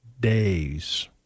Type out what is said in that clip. days